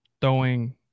throwing